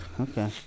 okay